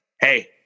hey